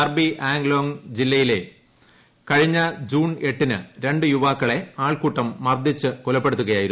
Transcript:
കർബി ആങ്ലോങ് ജില്ലയിൽ കഴിഞ്ഞ ജൂൺ എട്ടിന് ര ു യുവാക്കളെ ആൾക്കൂട്ടം മർദ്ദിച്ചു കൊലപ്പെടുത്തുകയായിരുന്നു